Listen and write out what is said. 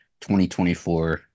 2024